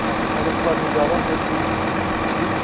आहो अगर सोआरियां जादै होंदियां भी आं जी